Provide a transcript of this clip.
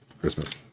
christmas